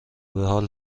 بحال